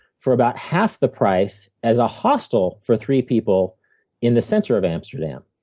for about half the price as a hostel for three people in the center of amsterdam.